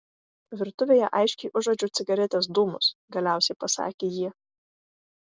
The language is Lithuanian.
virtuvėje aiškiai užuodžiau cigaretės dūmus galiausiai pasakė ji